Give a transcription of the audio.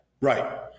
Right